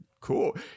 cool